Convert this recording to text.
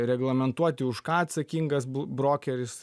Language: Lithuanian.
reglamentuoti už ką atsakingas brokeris